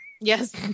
Yes